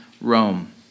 Rome